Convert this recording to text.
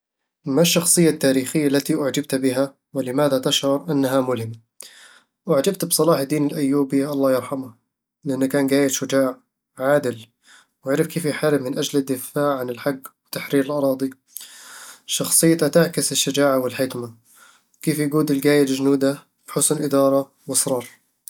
ما الشخصية التاريخية التي أُعجبت بها؟ ولماذا تشعر أنها ملهمة؟ أُعجبت بـ صلاح الدين الأيوبي الله يرحمه لأنه كان قايد شجاع، عادل، وعرف كيف يحارب من أجل الدفاع عن الحق وتحرير الأراضي شخصيته تعكس الشجاعة والحكمة، وكيف يقود القايد جنوده بحسن إدارة وإصرار